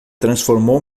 transformou